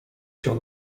się